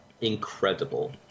incredible